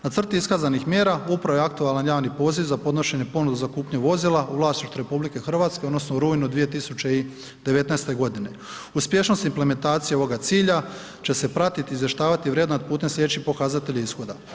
Na crti iskazanih mjera upravo je aktualan javni poziv za podnošenje ponude za kupnju vozila u vlasništvu RH odnosno u rujnu 2019. g. Uspješnost implementacije ovoga cilja će se pratiti i izvještavati i vrednovati putem sljedećih pokazatelja ishoda.